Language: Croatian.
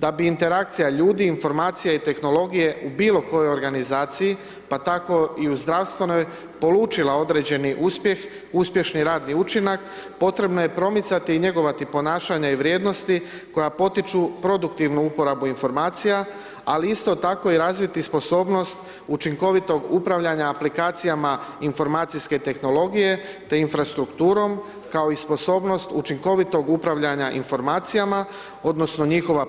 Da bi interakcija ljudi, informacija i tehnologije u bilo kojoj organizaciji pa tako i u zdravstvenoj polučila određeni uspjeh, uspješni radni učinak potrebno je promicati i njegovati ponašanje i vrijednosti koja potiču produktivnu uporabu informacija ali isto tako i razviti sposobnost učinkovitog upravljanja aplikacijama informacijske tehnologije te infrastrukturom kao i sposobnost učinkovitog upravljanja informacijama odnosno njihova